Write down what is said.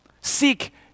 seek